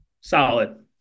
Solid